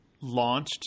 launched